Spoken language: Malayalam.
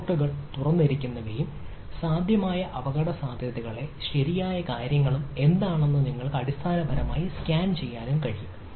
പോർട്ടുകളിൽ തുറന്നിരിക്കുന്നവയും സാധ്യമായ അപകടസാധ്യതകളും ശരിയായ കാര്യങ്ങളും എന്താണെന്ന് നിങ്ങൾക്ക് അടിസ്ഥാനപരമായി സ്കാൻ ചെയ്യാൻ കഴിയും